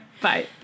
bye